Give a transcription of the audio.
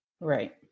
Right